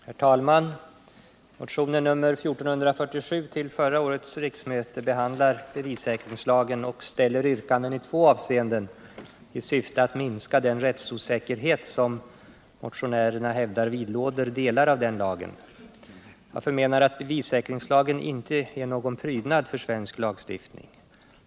Herr talman! Motionen 1977/78:1447 behandlar bevissäkringslagen och ställer yrkanden i två avseenden i syfte att minska den rättsosäkerhet som vi motionärer hävdat vidlåder delar av den lagen. Jag menar att bevissäkringslagen inte är någon prydnad för svensk lagstiftning.